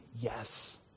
yes